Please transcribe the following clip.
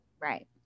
Right